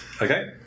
Okay